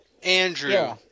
Andrew